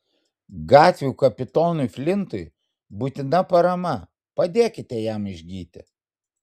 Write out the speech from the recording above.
gatvių kapitonui flintui būtina parama padėkite jam išgyti